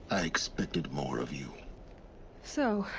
i expected more of you so.